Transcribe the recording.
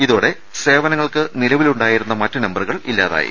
ഇതോടെ സേവനങ്ങൾക്ക് നിലവിലുണ്ടായിരുന്ന മറ്റ് നമ്പ റുകൾ ഇല്ലാതായി